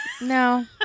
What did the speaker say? No